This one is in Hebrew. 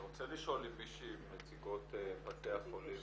אני רוצה לשאול אם מישהי מנציגות בתי החולים